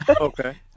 okay